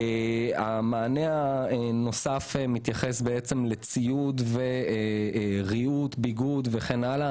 המענה הנוסף מתייחס לציוד, ריהוט, ביגוד וכן הלאה.